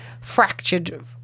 fractured